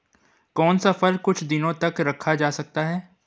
कौन सा फल कुछ दिनों तक रखा जा सकता है?